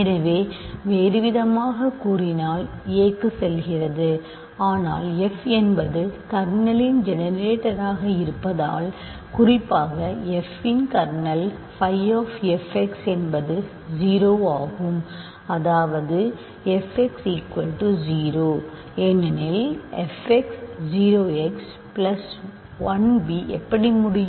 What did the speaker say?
எனவே வேறுவிதமாகக் கூறினால் a க்குச் செல்கிறது ஆனால் f என்பது கர்னலின் ஜெனரேட்டராக இருப்பதால் குறிப்பாக f இன் kernel phi of f x என்பது 0 ஆகும் அதாவது f x 0 ஏனெனில் f x 0 x plus 1 b எப்படி முடியும்